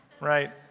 right